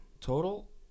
Total